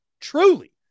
Truly